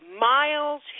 Miles